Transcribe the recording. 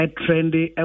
trendy